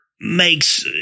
makes